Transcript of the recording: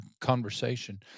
conversation